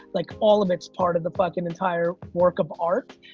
like all of it's part of the fucking entire work of art.